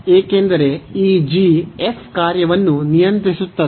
ಏಕೆಂದರೆ ಈ ಕಾರ್ಯವನ್ನು ನಿಯಂತ್ರಿಸುತ್ತದೆ